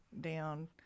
down